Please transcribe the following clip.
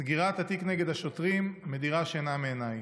סגירת התיק נגד השוטרים מדירה שינה מעיניי.